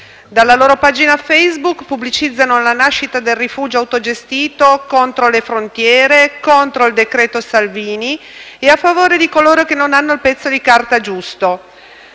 Dalla loro pagina Facebook pubblicizzano alla nascita del rifugio autogestito contro le frontiere, contro il decreto Salvini e a favore di coloro che non hanno il pezzo di carta giusto.